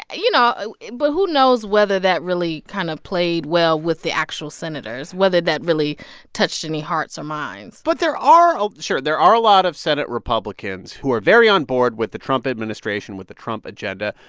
you know but who knows whether that really kind of played well with the actual senators, whether that really touched any hearts or minds but there are sure, there are a lot of senate republicans who are very onboard with the trump administration, with the trump agenda.